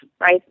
right